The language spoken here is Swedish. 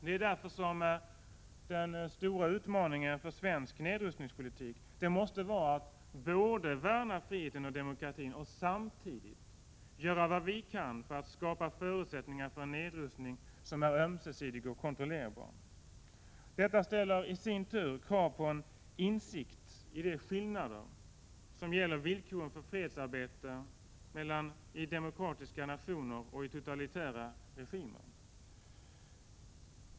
Det är därför som den stora utmaningen för svensk nedrustningspolitik måste vara att både värna friheten och demokratin och samtidigt göra vad vi kan för att skapa förutsättningar för en nedrustning som är ömsesidig och kontrollerbar Detta ställer i sin tur krav på en insikt om de skillnader som gäller villkoren för fredsarbete mellan demokratiska nationer och totalitära regimer.